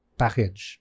package